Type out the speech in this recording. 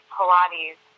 Pilates